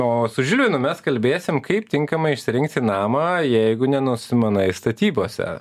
o su žilvinu mes kalbėsim kaip tinkamai išsirinkti namą jeigu nenusimanai statybose